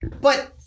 But-